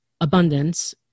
abundance